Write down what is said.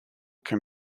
can